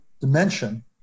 dimension